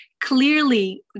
clearly